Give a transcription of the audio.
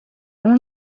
اون